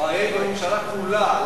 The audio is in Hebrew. אלא של הממשלה כולה.